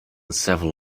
several